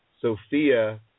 Sophia